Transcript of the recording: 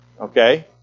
Okay